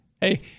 Hey